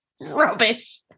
rubbish